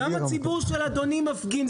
גם הציבור של אדוני מפגין,